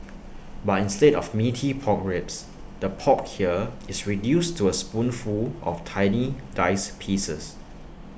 but instead of Meaty Pork Ribs the pork here is reduced to A spoonful of tiny diced pieces